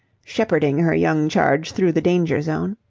shepherding her young charge through the danger zone,